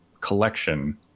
collection